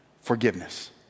forgiveness